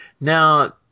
Now